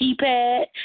keypad